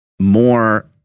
more